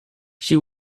she